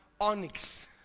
onyx